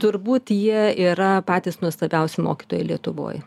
turbūt jie yra patys nuostabiausi mokytojai lietuvoj